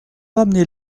ramené